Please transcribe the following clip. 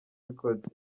records